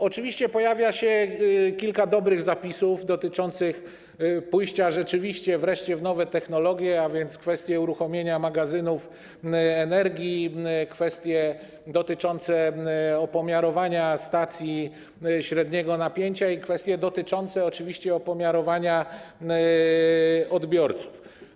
Oczywiście pojawia się kilka dobrych zapisów dotyczących rzeczywiście pójścia wreszcie w nowe technologie, a więc chodzi o kwestię uruchomienia magazynów energii, kwestie dotyczące opomiarowania stacji średniego napięcia i kwestie dotyczące oczywiście opomiarowania odbiorców.